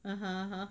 (uh huh)